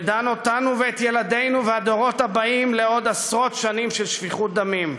ודן אותנו ואת ילדינו והדורות הבאים לעוד עשרות שנים של שפיכות דמים.